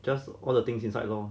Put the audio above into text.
just all the things inside lor